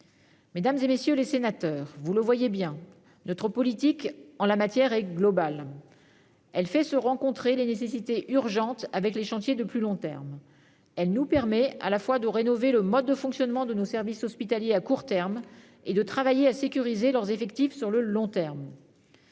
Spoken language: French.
Mesdames, messieurs les sénateurs, vous le constatez, notre politique est globale. Elle est à la croisée des nécessités urgentes et des chantiers de plus long terme. Elle nous permet à la fois de rénover le mode de fonctionnement de nos services hospitaliers à court terme et de travailler à sécuriser leurs effectifs sur le long terme.